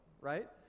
right